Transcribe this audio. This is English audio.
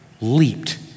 leaped